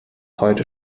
heute